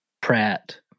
Pratt